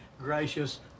gracious